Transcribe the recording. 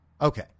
Okay